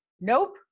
Nope